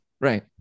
Right